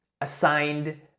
assigned